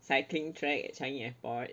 I think track in changi airport